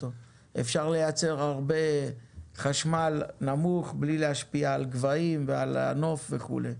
אפשר לייצר הרבה חשמל נמוך בלי להשפיע על גבהים ועל הנוף וכולי.